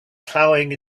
plowing